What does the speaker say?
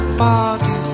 party